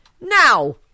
Now